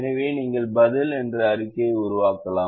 எனவே நீங்கள் பதில் என்ற அறிக்கையை உருவாக்கலாம்